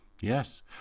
Yes